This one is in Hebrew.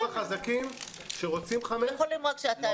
גם החזקים שרוצים חמש שעות,